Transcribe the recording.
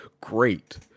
Great